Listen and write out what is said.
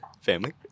Family